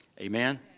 Amen